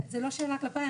זו לא שאלה כלפיי.